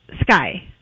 sky